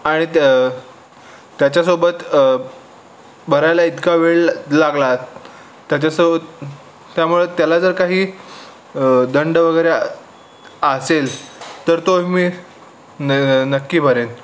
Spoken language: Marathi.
आणि त्या त्याच्यासोबत भरायला इतका वेळ लागला त्याच्यासोबत त्यामुळे त्याला जर काही दंड वगैरे आसेल तर तो मी न न नक्की भरेन